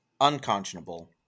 Unconscionable